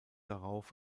darauf